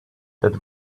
that